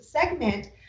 segment